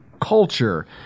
culture